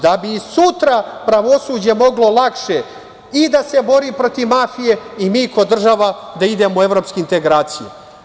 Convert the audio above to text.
Da bi sutra pravosuđe moglo lakše i da se bori protiv mafije i mi kao država da idemo u evropske integracije.